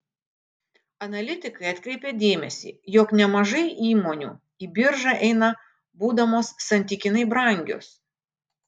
analitikai atkreipia dėmesį jog nemažai įmonių į biržą eina būdamos santykinai brangios